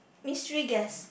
mystery guest